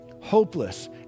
hopeless